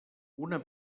una